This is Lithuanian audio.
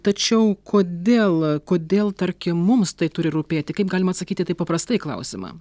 tačiau kodėl kodėl tarkim mums tai turi rūpėti kaip galima atsakyti taip į paprastai klausimą